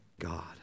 God